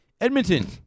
Edmonton